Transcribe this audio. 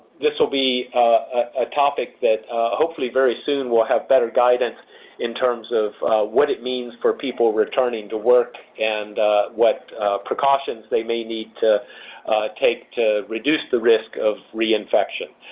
this will be a topic that hopefully very soon will have better guidance in terms of what it means for people returning to work and what precautions they may need to take to reduce the risk of reinfection.